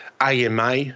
AMA